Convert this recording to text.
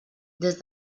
des